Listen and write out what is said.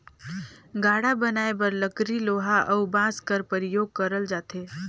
गाड़ा बनाए बर लकरी लोहा अउ बाँस कर परियोग करल जाथे